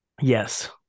Yes